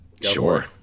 Sure